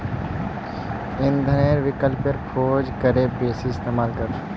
इंधनेर विकल्पेर खोज करे बेसी इस्तेमाल कर